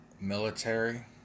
military